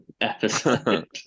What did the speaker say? episode